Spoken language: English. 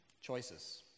choices